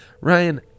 Ryan